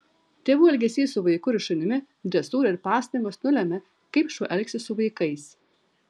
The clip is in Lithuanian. tėvų elgesys su vaiku ir šunimi dresūra ir pastangos nulemia kaip šuo elgsis su vaikais